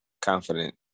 confident